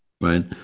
Right